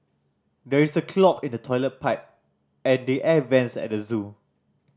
there is a clog in the toilet pipe and the air vents at the zoo